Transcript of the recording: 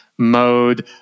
mode